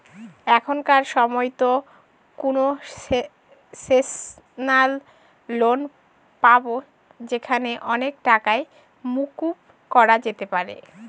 এখনকার সময়তো concessional loan পাবো যেখানে অনেক টাকাই মকুব করা যেতে পারে